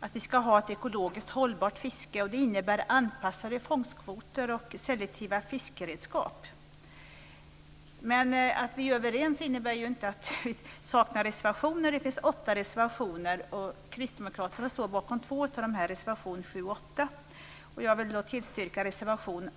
att vi ska ha ett ekologiskt hållbart fiske. Det innebär anpassade fångstkvoter och selektiva fiskeredskap. Men att vi är överens innebär inte att det saknas reservationer. Det finns åtta reservationer. Kristdemokraterna står bakom två av dem, nämligen reservationerna 7 och 8. Jag yrkar bifall till reservation 8.